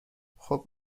خوب